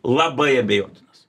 labai abejotinas